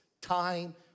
time